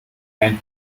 them